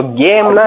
game